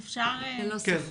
ללא ספק.